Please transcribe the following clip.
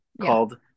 called